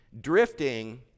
Drifting